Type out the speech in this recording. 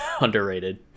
underrated